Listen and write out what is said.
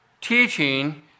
teaching